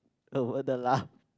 over the laugh